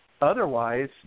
Otherwise